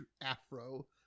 Afro